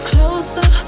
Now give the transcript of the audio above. Closer